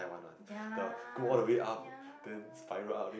ya ya